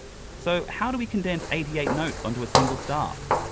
so how do we condense eighty eight notes onto a single staff?